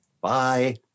Bye